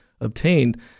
obtained